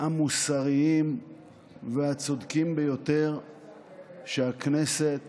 המוסריים והצודקים ביותר שהכנסת